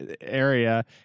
area